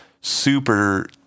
super